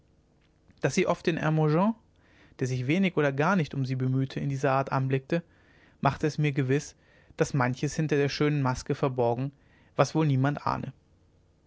daß sie oft den hermogen der sich wenig oder gar nicht um sie bemühte in dieser art anblickte machte es mir gewiß daß manches hinter der schönen maske verborgen was wohl niemand ahne